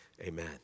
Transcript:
amen